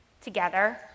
together